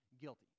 guilty